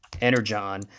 energon